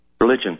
religion